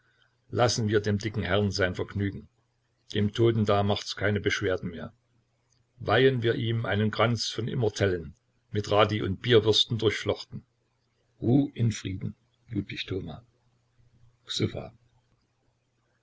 lassen wir dem dicken herrn sein vergnügen dem toten da macht's keine beschwerden mehr weihen wir ihm einen kranz von immortellen mit radi und bierwürsten durchflochten ruh in frieden ludwig thoma